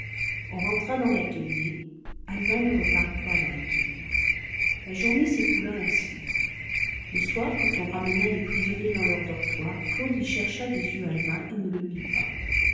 on rentra dans l'atelier albin ne reparut pas dans l'atelier la journée s'écoula ainsi le soir quand on ramena les prisonniers dans leur dortoir claude y chercha des yeux albin et ne le vit pas